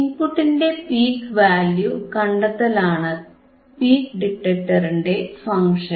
ഇൻപുട്ടിന്റെ peak value കണ്ടെത്തലാണ് peak ഡിറ്റക്ടറിന്റെ ഫങ്ഷൻ